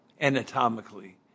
anatomically